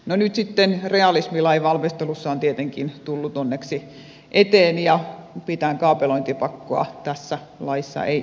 no nyt sitten realismi lain valmistelussa on tietenkin tullut onneksi eteen ja mitään kaapelointipakkoa tässä laissa ei esitetä